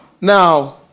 Now